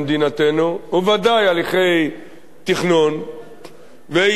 וודאי הליכי תכנון ואישורי בנייה,